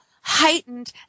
heightened